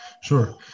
sure